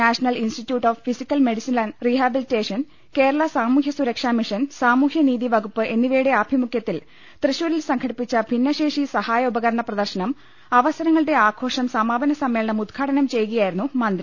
national institute of physical medicine and rehabilitation Kerala സാമൂഹ്യ സുരക്ഷ mission സാമൂഹ്യ നീതിവകുപ്പ് എന്നിവയുടെ ആഭിമുഖ്യത്തിൽ തൃശൂരിൽ സംഘടിപ്പിച്ച ഭിന്നശേഷി സഹായ ഉപകരണ പ്രദർശനം അവസരങ്ങളുടെ ആഘോഷം സമാപന സമ്മേളനം ഉദ്ഘാടനം ചെയ്യുകയായിരുന്നു മന്ത്രി